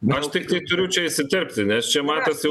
aš tiktai turiu čia įsiterpti nes čia matas jau